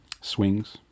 swings